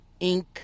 Inc